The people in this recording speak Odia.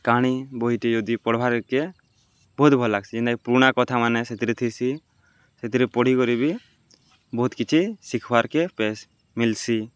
କାହାଣୀ ବହିଟେ ଯଦି ପଢ଼୍ବାକେ ବହୁତ୍ ଭଲ୍ ଲାଗ୍ସି ଯେନ୍ତାକି ପୁରୁଣା କଥାମାନେ ସେଥିରେ ଥିସି ସେଥିରେ ପଢ଼ିିକରି ବି ବହୁତ୍ କିଛି ଶିଖ୍ବାର୍କେ ପାଏସି ମିଲ୍ସି